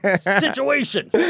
situation